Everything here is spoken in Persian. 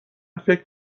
فکر